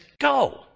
go